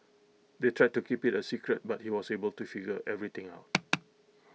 they tried to keep IT A secret but he was able to figure everything out